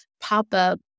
pop-up